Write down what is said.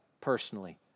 personally